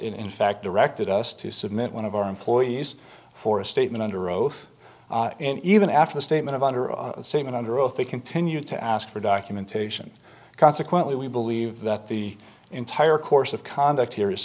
in fact directed us to submit one of our employees for a statement under oath and even after the statement under a statement under oath they continued to ask for documentation consequently we believe that the entire course of conduct here is